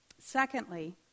Secondly